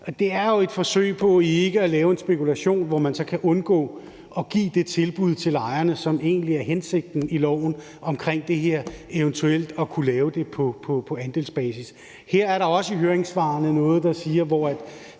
Det er jo et forsøg på ikke at åbne op for en spekulation, hvor man så kan undgå at give det tilbud til lejerne, som egentlig er hensigten med det her i loven, ved at man eventuelt kunne lave det på andelsbasis. Her er der også i høringssvarene noget, der siger,